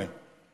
הרי,